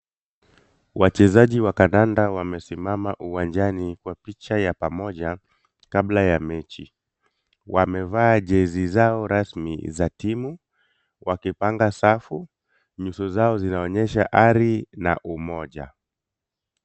Wachezaji wa kandanda wamesimama uwanjani kwa picha ya pamoja kabla ya mechi. Wamevaa jezi zao rasmi za timu wakipanga safu, nyuso zao zinaonyesha ari na umoja.